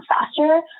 faster